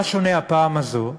מה שונה הפעם הזאת?